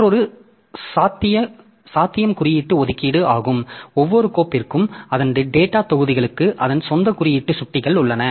மற்றொரு சாத்தியம் குறியீட்டு ஒதுக்கீடு ஆகும் ஒவ்வொரு கோப்பிற்கும் அதன் டேட்டாத் தொகுதிகளுக்கு அதன் சொந்த குறியீட்டு சுட்டிகள் உள்ளன